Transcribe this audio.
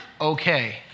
okay